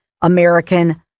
American